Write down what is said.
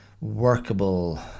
workable